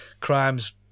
crimes